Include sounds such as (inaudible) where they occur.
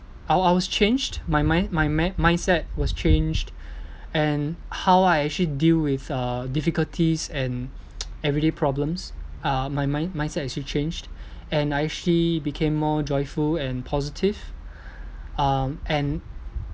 I I was changed my mind my min~ mindset was changed and how I actually deal with uh difficulties and (noise) everyday problems uh my mind mindset actually changed and I actually became more joyful and positive um and